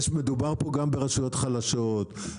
מדובר פה גם ברשויות חלשות,